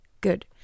Good